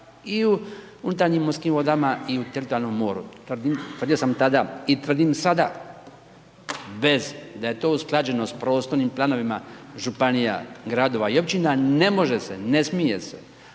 i u unutarnjim morskim vodama i u teritorijalnom moru, tvrdim, tvrdio sam tada i tvrdim sada bez da je to usklađeno s prostornim planovima županija, gradova i općina ne može se, ne smije se,